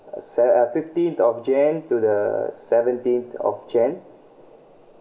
sev~ uh fifteenth of jan~ to the seventeenth of jan~